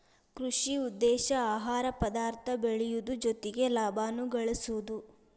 ಕೃಷಿ ಉದ್ದೇಶಾ ಆಹಾರ ಪದಾರ್ಥ ಬೆಳಿಯುದು ಜೊತಿಗೆ ಲಾಭಾನು ಗಳಸುದು